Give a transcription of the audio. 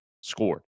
scored